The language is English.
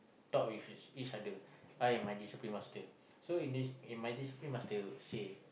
talk with each other I and my discipline master so if this if my discipline master say